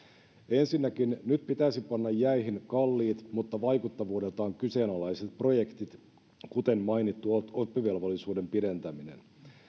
ensinnäkin nyt pitäisi panna jäihin kalliit mutta vaikuttavuudeltaan kyseenalaiset projektit kuten mainittu oppivelvollisuuden pidentäminen